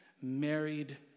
married